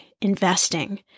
investing